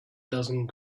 dozen